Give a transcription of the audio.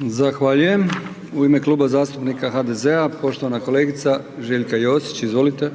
(HDZ)** Zahvaljujem. U ime Kluba zastupnika HDZ-a poštovana kolegica Željka Josić, izvolite.